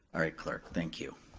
alright, clerk, thank you.